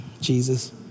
Jesus